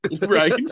Right